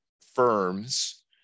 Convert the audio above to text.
firms